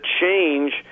change